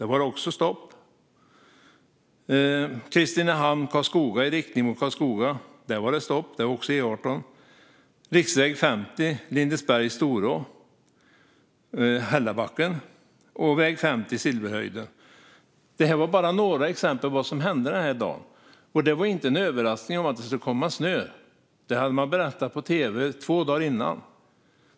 Det var även stopp på E18 mellan Kristinehamn och Karlskoga, i riktning mot Karlskoga. Vidare var det stopp på riksväg 50 utanför Lindesberg, i Hällabacken i Storå, liksom riksväg 50 vid Silverhöjden. Detta är bara några exempel på vad som hände den där dagen. Att det skulle komma snö var ingen överraskning. Det hade man berättat på tv två dagar innan.